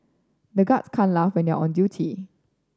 the guards can't laugh when they are on duty